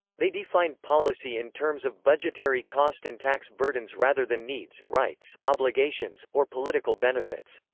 they defined policy in terms of budgetary cost and tax burdens rather than needs, rights, obligations, or political benefits.